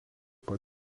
pat